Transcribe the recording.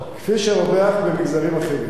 כפי שרווח במגזרים אחרים.